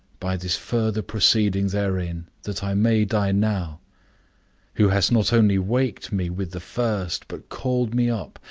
by this further proceeding therein, that i may die now who hast not only waked me with the first, but called me up,